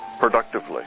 productively